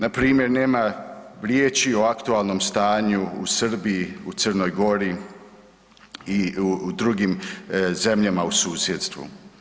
Npr. nema riječi o aktualnom stanju u Srbiji, u Crnoj Gori i u drugim zemljama u susjedstvu.